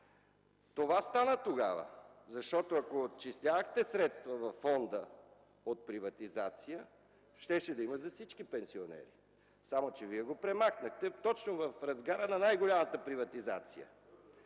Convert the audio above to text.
това стана тогава. Ако отчислявахте средства във Фонда от приватизация, щеше да има за всички пенсионери, само че Вие го премахнахте точно в разгара на най-голямата приватизация.